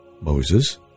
Moses